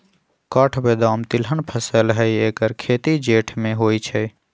काठ बेदाम तिलहन फसल हई ऐकर खेती जेठ में होइ छइ